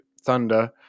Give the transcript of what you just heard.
thunder